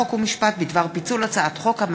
חוק ומשפט בדבר פיצול הצעת חוק הכשרות